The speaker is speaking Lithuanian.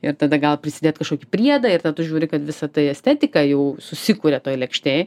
ir tada gal prisidėt kažkokį priedą ir tada tu žiūri kad visa tai estetika jau susikuria toj lėkštėj